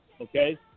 Okay